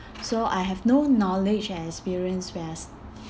so I have no knowledge and experience when I